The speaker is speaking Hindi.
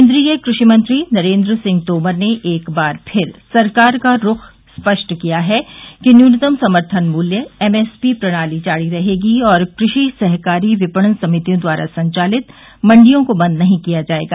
केन्द्रीय कृषि मंत्री नरेन्द्र सिंह तोमर ने एक बार फिर सरकार का रूख स्पष्ट किया है कि न्यूनतम समर्थन मूल्य एमएसपी प्रणाली जारी रहेगी और कृषि सहकारी विपणन समितियों द्वारा संचालित मंडियों को बंद नहीं किया जाएगा